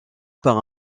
par